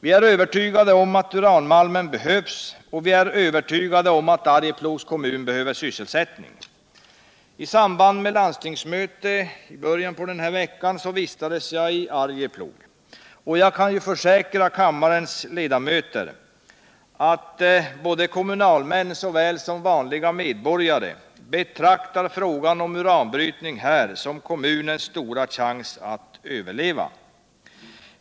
Vi är övertygade om att uranmalmen behövs, och vi är övertygade om att Arjeplogs kommun behöver sysselsättning. I samband med landstingsmöte i början på den här veckan vistades jag i Arjeplog. Jag kan försäkra kammarens ledamöter att såväl kommunalmän som vanliga medborgare betraktar frågan om uranbrytning som kommunens stora chans att överleva.